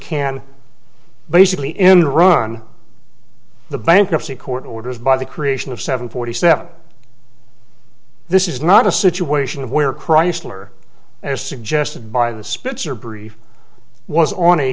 can basically end run the bankruptcy court orders by the creation of seven forty seven this is not a situation where chrysler as suggested by the spitzer brief was on a